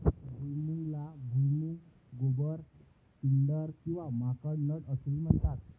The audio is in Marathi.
भुईमुगाला भुईमूग, गोबर, पिंडर किंवा माकड नट असेही म्हणतात